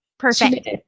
Perfect